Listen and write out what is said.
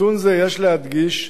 נתון זה, יש להדגיש,